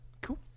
cool